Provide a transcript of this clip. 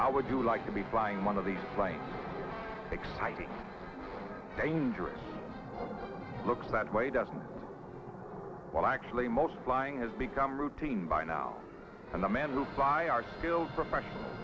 how would you like to be buying one of these planes exciting dangerous looks that way doesn't well actually most flying has become routine by now and the mental side are skilled professional